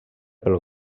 pel